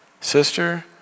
sister